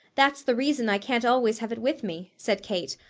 that's the reason i can't always have it with me, said kate,